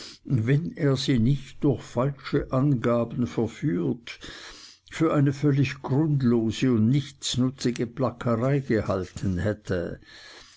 wenn er sie nicht durch falsche angaben verführt für eine völlig grundlose und nichtsnutzige plackerei gehalten hätte